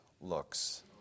looks